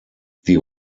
die